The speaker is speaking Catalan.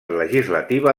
legislativa